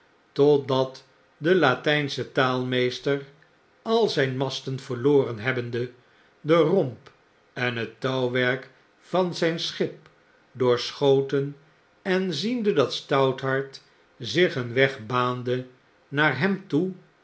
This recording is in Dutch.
totdat de latijnsche taalmeester al zyn masten verloren hebbende de romp en het touwwerk van zyn schip doorschoten en ziende dat stouthart zich een weg baande naar hem toe